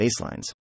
baselines